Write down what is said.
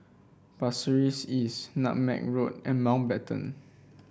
Pasir Ris East Nutmeg Road and Mountbatten